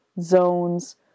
Zones